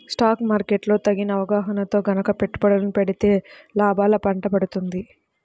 stock market లో తగిన అవగాహనతో గనక పెట్టుబడులను పెడితే లాభాల పండ పండుతుంది